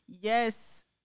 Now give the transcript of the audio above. yes